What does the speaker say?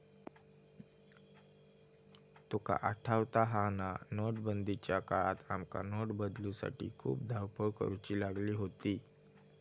तुका आठवता हा ना, नोटबंदीच्या काळात आमका नोट बदलूसाठी खूप धावपळ करुची लागली होती